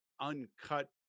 uncut